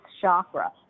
chakra